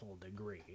degree